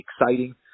exciting